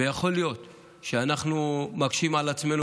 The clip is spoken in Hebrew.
ויכול להיות שאנחנו מקשים על עצמנו.